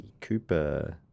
Cooper